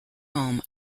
home